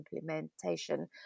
implementation